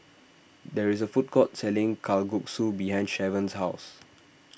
there is a food court selling Kalguksu behind Shavon's house